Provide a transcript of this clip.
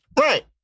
Right